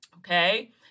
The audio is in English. Okay